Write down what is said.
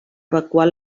evacuar